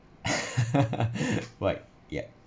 right ya